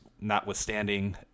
notwithstanding –